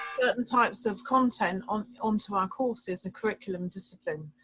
certain types of content on onto our courses and curriculum discipline.